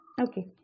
Okay